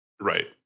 Right